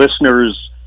listeners